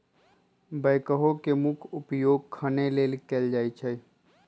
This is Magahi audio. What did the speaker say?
बैकहो के मुख्य उपयोग खने के लेल कयल जाइ छइ